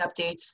updates